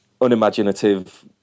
Unimaginative